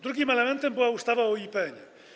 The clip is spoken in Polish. Drugim elementem była ustawa o IPN-ie.